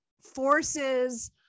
forces